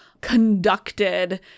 conducted